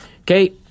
Okay